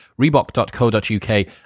Reebok.co.uk